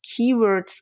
keywords